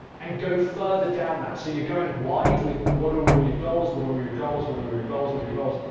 and go further down that so you're going wide with what are ah are your goals? what are your goals? what are your goals? what are your goals?